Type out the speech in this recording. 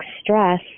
stress